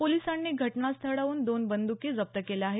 पोलिसांनी घटनास्थळाहून दोन बंद्की जप्त केल्या आहेत